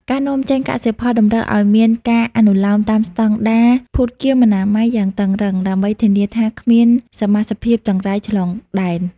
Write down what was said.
ការនាំចេញកសិផលតម្រូវឱ្យមានការអនុលោមតាមស្ដង់ដារភូតគាមអនាម័យយ៉ាងតឹងរ៉ឹង ដើម្បីធានាថាគ្មានសមាសភាពចង្រៃឆ្លងដែន។